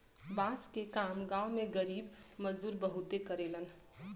बांस के काम गांव में गरीब मजदूर बहुते करेलन